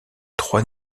trois